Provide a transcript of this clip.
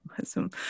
Awesome